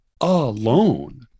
alone